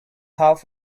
half